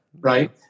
Right